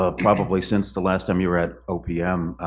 ah probably since the last time you were at opm